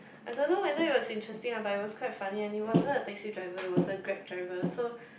I don't know whether it was interesting ah but it was quite funny and it wasn't a taxi driver it was a Grab driver so